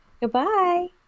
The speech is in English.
Goodbye